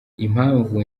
impamvu